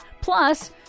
plus